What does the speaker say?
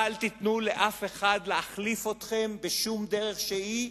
אל תיתנו לאף אחד להחליף אתכם בשום דרך שהיא,